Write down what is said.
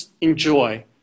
enjoy